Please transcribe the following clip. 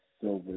silver